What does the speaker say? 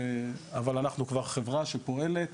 אבל אנחנו כבר חברה שפועלת,